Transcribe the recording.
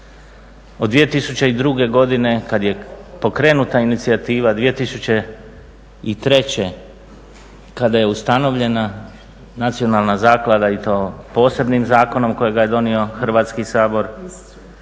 Od 2002. godine kad je pokrenuta inicijativa, 2003. kada je ustanovljena nacionalna zaklada i to posebnim zakonom kojega je donio Hrvatski sabor,